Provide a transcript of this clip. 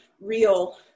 real